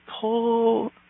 pull